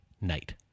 night